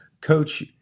Coach